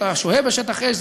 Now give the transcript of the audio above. אתה שוהה בשטח אש,